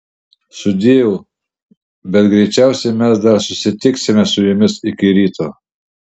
sudieu bet greičiausiai mes dar susitiksime su jumis iki ryto